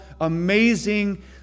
amazing